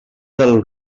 del